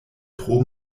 tro